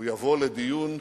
הוא יבוא לדיון,